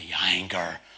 anger